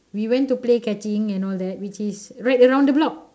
we went to play catching and all that which is right around the block